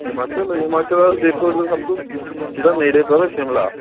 ਹਿਮਾਚਲ ਦਾ ਹਿਮਾਚਲ ਦਾ ਤੁਸੀਂ ਦੇਖੋ ਸਭ ਤੋਂ ਜਿਹੜਾ ਨੇੜੇ ਪਵੇ ਸ਼ਿਮਲਾ